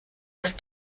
off